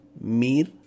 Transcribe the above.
mir